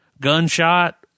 gunshot